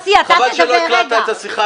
חבל שלא הקלטת את השיחה.